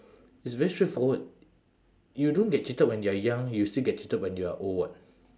it's very straightforward you don't get cheated when you are young you still get cheated when you are old [what]